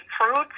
fruits